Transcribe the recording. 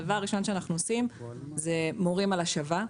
דבר ראשון שאנחנו עושים זה מורים על השבה,